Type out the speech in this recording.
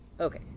Okay